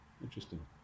Interesting